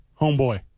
Homeboy